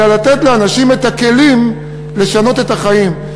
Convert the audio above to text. אלא לתת לאנשים את הכלים לשנות את החיים.